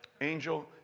Angel